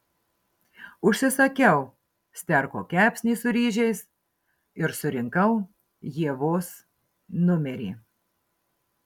užsisakiau sterko kepsnį su ryžiais ir surinkau ievos numerį